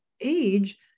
age